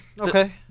Okay